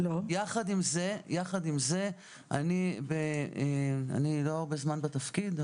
יחד עם זה - אני לא הרבה זמן בתפקיד.